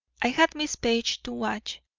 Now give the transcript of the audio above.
i had miss page to watch.